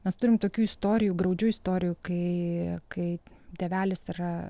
mes turim tokių istorijų graudžių istorijų kai kai tėvelis yra